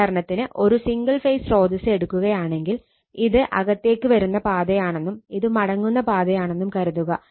ഉദാഹരണത്തിന് ഒരു single phase സ്രോതസ്സ് എടുക്കുകയാണെങ്കിൽ ഇത് അകത്തേക്ക് വരുന്ന പാതയാണെന്നും ഇത് മടങ്ങുന്ന പാതയാണെന്നും കരുതുക